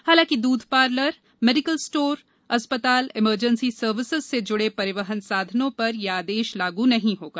हालांकि दूध parlour medical store अस्पताल इमरजेंसी सर्विस से जुड़े परिवहन साधनों पर यह आदेश लागू नही होगा